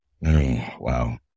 Wow